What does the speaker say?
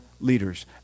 leaders